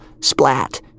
splat